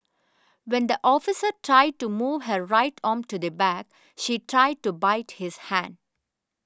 when the officer tried to move her right arm to the back she tried to bite his hand